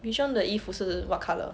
regent 的衣服是 what colour